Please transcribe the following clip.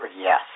Yes